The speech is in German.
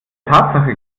tatsache